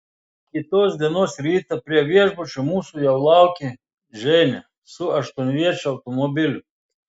kitos dienos rytą prie viešbučio mūsų jau laukė ženia su aštuonviečiu automobiliu